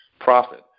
profit